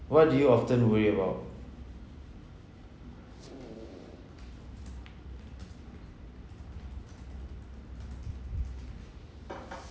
what do you often worry about